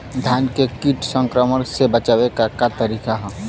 धान के कीट संक्रमण से बचावे क का तरीका ह?